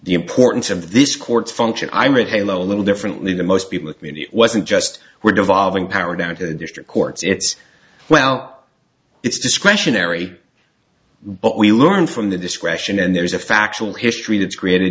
the importance of this court's function i'm a halo a little differently than most people i mean it wasn't just we're devolving power down to the district courts it's well it's discretionary but we learn from the discretion and there's a factual history that's created